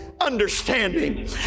understanding